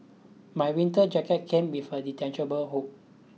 my winter jacket came with a detachable hood